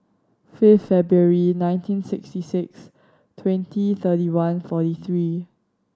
fifth February nineteen sixty six twenty thirty one forty three